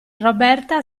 roberta